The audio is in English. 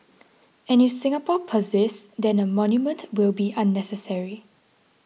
and if Singapore persists then a monument will be unnecessary